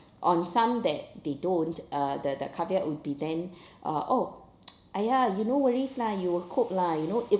on some that they don't uh the the caveat would be then uh oh !aiya! you no worries lah you will cope lah you know it